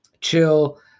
chill